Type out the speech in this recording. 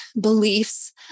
beliefs